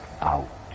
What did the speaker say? out